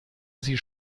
sie